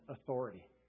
authority